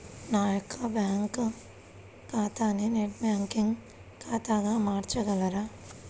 నా యొక్క బ్యాంకు ఖాతాని నెట్ బ్యాంకింగ్ ఖాతాగా మార్చగలరా?